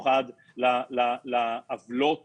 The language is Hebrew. כי הטכנולוגיה מיועדת לחולים קשים שטופלו